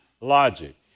logic